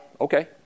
okay